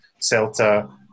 Celta